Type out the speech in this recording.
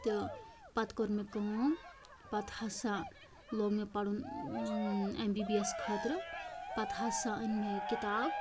تہٕ پَتہٕ کوٚر مےٚ کٲم پَتہٕ ہسا لوٚگ مےٚ پَرُن ایم بی بی ایَس خٲطرٕ پَتہٕ ہسا أنۍ مےٚ یہِ کِتاب